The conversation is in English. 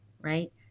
right